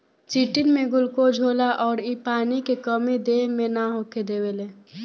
chitin में glucose होला अउर इ पानी के कमी देह मे ना होखे देवे